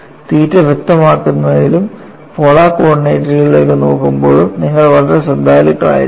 തീറ്റ വ്യക്തമാക്കുന്നതിലും പോളാർ കോർഡിനേറ്റുകളിലേക്ക് നോക്കുമ്പോഴും നിങ്ങൾ വളരെ ശ്രദ്ധാലുവായിരിക്കണം